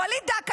וליד דקה,